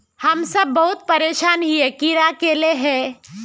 हम सब बहुत परेशान हिये कीड़ा के ले के?